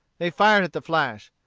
they fired at the flash.